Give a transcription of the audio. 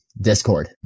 discord